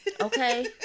Okay